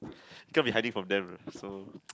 can't be hiding from them right so